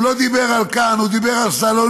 הוא לא דיבר על כאן, הוא דיבר על סלוניקי.